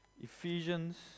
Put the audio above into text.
Ephesians